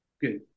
Good